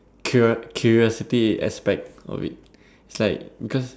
curious~ curiosity aspect of it it's like because